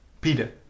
Peter